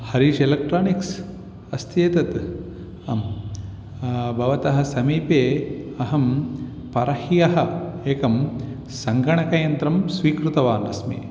Harish electronics अस्ति एतत् आं भवतः समीपे अहं परह्यः एकं सङ्गणकयन्त्रं स्वीकृतवान् अस्मि